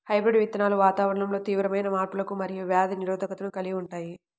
hybrid విత్తనాలు వాతావరణంలో తీవ్రమైన మార్పులకు మరియు వ్యాధి నిరోధకతను కలిగి ఉంటాయి